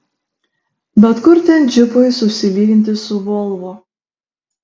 bet kur ten džipui susilyginti su volvo